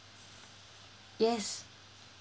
yes